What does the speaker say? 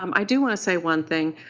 um i do want to say one thing.